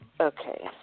Okay